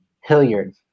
Hilliard